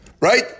right